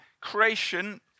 creation